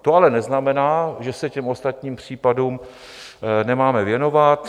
To ale neznamená, že se těm ostatním případům nemáme věnovat.